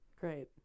great